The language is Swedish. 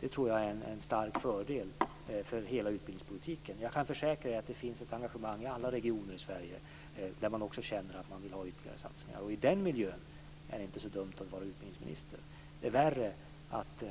Det är en stark fördel för hela utbildningspolitiken. Jag kan försäkra er att det finns ett engagemang i alla regioner i Sverige, där man också känner att man vill ha ytterligare satsningar. I den miljön är det inte så dumt att vara utbildningsminister. Det är värre att